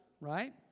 right